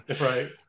Right